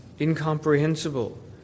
incomprehensible